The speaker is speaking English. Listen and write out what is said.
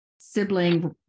sibling